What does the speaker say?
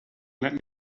let